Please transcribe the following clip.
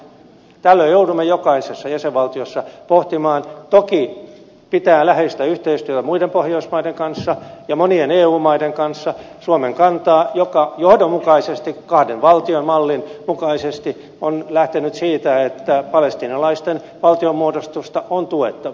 tällöin joudumme kuten jokaisessa jäsenvaltiossa pohtimaan toki pitää tehdä läheistä yhteistyötä muiden pohjoismaiden kanssa ja monien eu maiden kanssa suomen kantaa joka johdonmukaisesti kahden valtion mallin mukaisesti on lähtenyt siitä että palestiinalaisten valtion muodostusta on tuettava